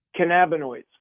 cannabinoids